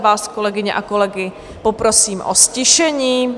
Vás, kolegyně a kolegy, poprosím o ztišení.